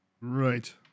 Right